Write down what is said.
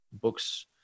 books